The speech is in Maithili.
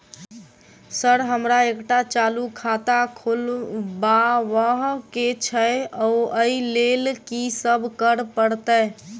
सर हमरा एकटा चालू खाता खोलबाबह केँ छै ओई लेल की सब करऽ परतै?